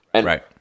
Right